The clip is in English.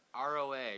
ROA